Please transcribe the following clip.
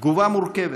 תגובה מורכבת.